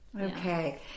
Okay